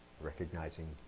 recognizing